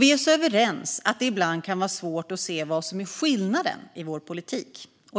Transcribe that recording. Vi är så överens att det ibland kan vara svårt att se vad som är skillnaderna i vår politik.